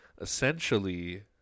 essentially